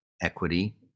equity